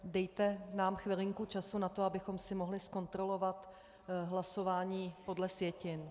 Dejte nám chvilinku času na to, abychom si mohli zkontrolovat hlasování podle sjetin.